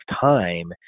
time